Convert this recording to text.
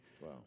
Wow